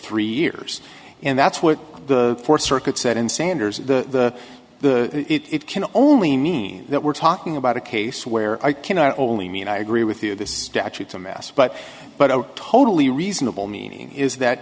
three years and that's what the fourth circuit said in sanders the the it can only mean that we're talking about a case where i can not only mean i agree with you this statute to mass but but a totally reasonable mean is that